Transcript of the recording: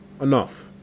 Enough